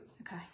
Okay